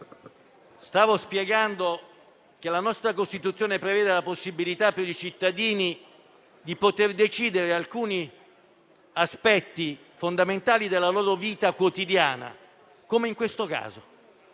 Stavo spiegando che la nostra Costituzione prevede la possibilità per i cittadini di decidere alcuni aspetti fondamentali della loro vita quotidiana, come in questo caso.